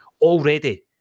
Already